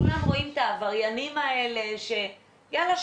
כולם רואים את העבריינים האלה ש'יאללה,